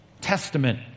Testament